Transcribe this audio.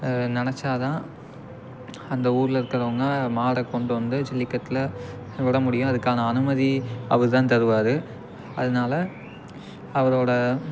நினச்சாதான் அந்த ஊரில் இருக்கிறவங்க மாட்டை கொண்டு வந்து ஜல்லிக்கட்டில் விட முடியும் அதுக்கான அனுமதி அவர் தான் தருவார் அதனால அவரோடய